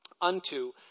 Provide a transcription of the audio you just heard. unto